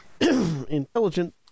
Intelligent